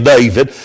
David